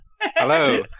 Hello